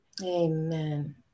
Amen